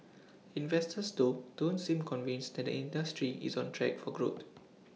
investors though don't seem convinced that the industry is on track for growth